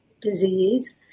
disease